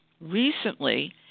Recently